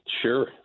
Sure